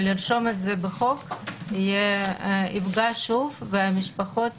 אבל לרשום את זה בחוק יפגע שוב והמשפחות